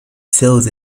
sales